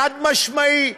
חד-משמעי.